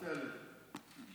אלוקי אבי יצחק,